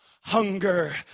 hunger